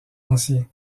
ancien